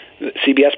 CBS